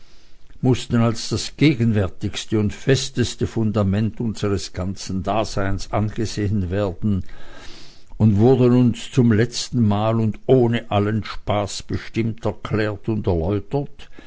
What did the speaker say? mußten als das gegenwärtigste und festeste fundament unseres ganzen daseins angesehen werden und wurden uns nun zum letzten male und ohne allen spaß bestimmt erklärt und erläutert